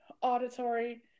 auditory